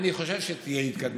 אני חושב שתהיה התקדמות.